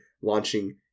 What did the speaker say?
launching